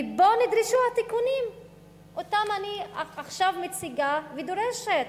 ובה נדרשו התיקונים שאני עכשיו מציגה ודורשת.